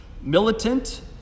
militant